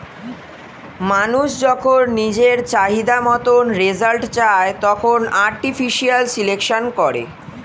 মানুষ যখন নিজের চাহিদা মতন রেজাল্ট চায়, তখন আর্টিফিশিয়াল সিলেকশন করে